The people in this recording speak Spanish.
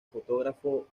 fotógrafo